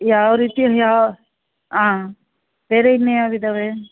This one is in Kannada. ಯಾವ ರೀತಿಲಿ ಯಾ ಹಾಂ ಬೇರೆ ಇನ್ನು ಯಾವ್ದು ಇದ್ದಾವೇ